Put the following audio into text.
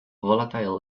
volatile